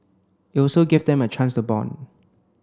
it also gave them a chance to bond